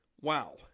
Wow